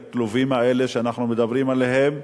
את הכלובים האלה שאנחנו מדברים עליהם.